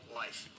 life